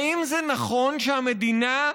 האם זה נכון שהמדינה,